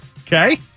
Okay